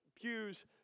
pews